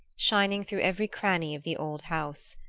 shining through every cranny of the old house.